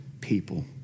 people